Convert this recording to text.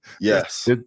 Yes